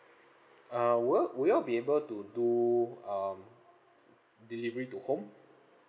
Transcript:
uh will will you all be able to do um delivery to home